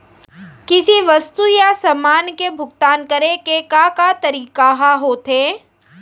किसी वस्तु या समान के भुगतान करे के का का तरीका ह होथे?